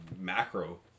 macro